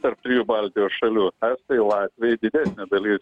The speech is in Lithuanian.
tarp trijų baltijos šalių estai latviai didesnė dalis